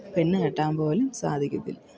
പെണ്ണ് കെട്ടാൻ പോലും സാധിക്കത്തില്ല